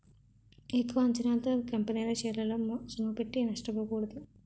ఎక్కువ అంచనాలతో కంపెనీల షేరల్లో సొమ్ముపెట్టి నష్టపోకూడదు